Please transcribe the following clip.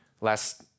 Last